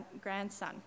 grandson